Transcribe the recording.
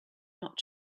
not